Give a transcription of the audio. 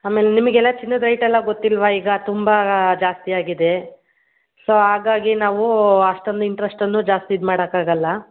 ಆಮೇಲೆ ನಿಮಗೆಲ್ಲ ಚಿನ್ನದ ರೇಟ್ ಎಲ್ಲ ಗೊತ್ತಿಲ್ವ ಈಗ ತುಂಬ ಜಾಸ್ತಿಯಾಗಿದೆ ಸೊ ಹಾಗಾಗಿ ನಾವು ಅಷ್ಟೊಂದು ಇಂಟರೆಸ್ಟನ್ನು ಜಾಸ್ತಿ ಇದು ಮಾಡೋಕಾಗಲ್ಲ